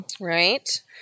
Right